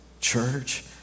church